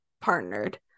partnered